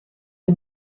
die